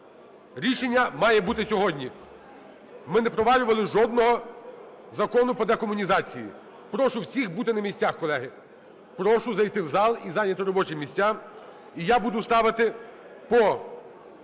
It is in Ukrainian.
Рішення має бути сьогодні. Ми не провалювали жодного закону по декомунізації. Прошу всіх бути на місцях, колеги. Прошу зайти в зал і зайняти робочі місця. І я буду ставити по